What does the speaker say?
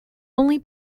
only